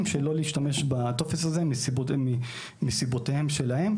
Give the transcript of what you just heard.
שלא להשתמש בטופס הזה מסיבותיהם שלהם.